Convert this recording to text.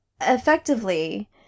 Effectively